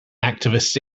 activists